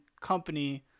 company